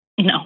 No